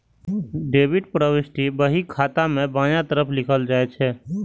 debit प्रवृष्टि बही खाता मे बायां तरफ लिखल जाइ छै